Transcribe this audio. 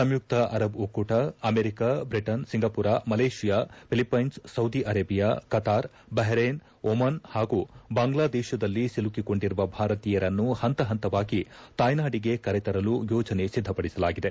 ಸಂಯುಕ್ತ Arab ಒಕ್ಕೂಟ America Britain Singapore Malaysia ಒಲಿಷ್ಲೆನ್ಸ್ Saudi Arabia Qatar Bahrain Oman ಹಾಗೂ ಬಾಂಗ್ಲಾದೇಶದಲ್ಲಿ ಸಿಲುಕಿಕೊಂಡಿರುವ ಭಾರತೀಯರನ್ನು ಹಂತಹಂತವಾಗಿ ತಾಯ್ಯಾಡಿಗೆ ಕರೆ ತರಲು ಯೋಜನೆ ಸಿದ್ಗಪಡಿಸಲಾಗಿದೆ